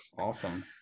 Awesome